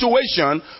situation